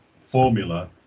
formula